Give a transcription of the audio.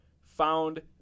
found